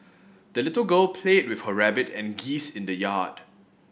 the little girl play with her rabbit and geese in the yard